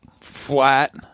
flat